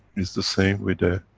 it's the same with the,